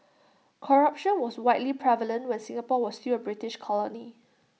corruption was widely prevalent when Singapore was still A British colony